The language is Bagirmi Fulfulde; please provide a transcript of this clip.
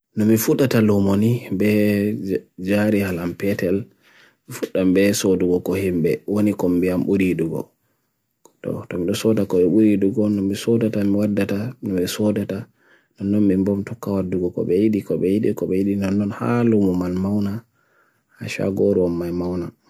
Nmifuta ta lo monee, be jari hal ampetel, futa nmbe sodu wa ko hembe, oni kumbe am uri dugo. Ta nmde soda ko uri dugo, nmbe soda ta nmwadda ta, nmbe soda ta, nmbe mbom tukawad dugo ko beidi, ko beidi, ko beidi, nan nan halu muman mauna, asha goro maimauna.